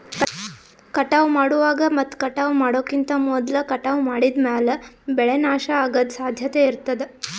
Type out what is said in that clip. ಕಟಾವ್ ಮಾಡುವಾಗ್ ಮತ್ ಕಟಾವ್ ಮಾಡೋಕಿಂತ್ ಮೊದ್ಲ ಕಟಾವ್ ಮಾಡಿದ್ಮ್ಯಾಲ್ ಬೆಳೆ ನಾಶ ಅಗದ್ ಸಾಧ್ಯತೆ ಇರತಾದ್